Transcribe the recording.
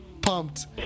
pumped